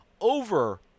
over